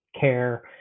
care